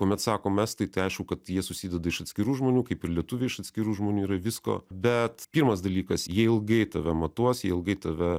kuomet sakom estai tai aišku kad jie susideda iš atskirų žmonių kaip ir lietuviai iš atskirų žmonių yra visko bet pirmas dalykas jie ilgai tave matuos jie ilgai tave